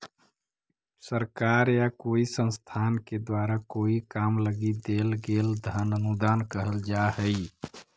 सरकार या कोई संस्थान के द्वारा कोई काम लगी देल गेल धन अनुदान कहल जा हई